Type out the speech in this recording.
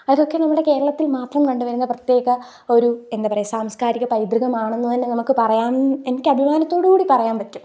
അതൊക്കെ നമ്മുടെ കേരളത്തിൽ മാത്രം കണ്ടുവരുന്ന പ്രത്യേക ഒരു എന്താപറയുക സാംസ്കാരിക പൈതൃകമാണെന്ന് തന്നെ നമുക്ക് പറയാൻ എനിക്ക് അഭിമാനത്തോടുകൂടി പറയാൻ പറ്റും